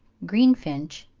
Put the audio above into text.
greenfinch,